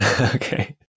Okay